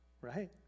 Right